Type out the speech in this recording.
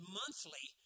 monthly